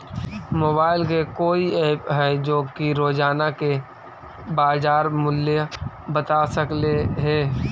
Mobile के कोइ app है जो कि रोजाना के बाजार मुलय बता सकले हे?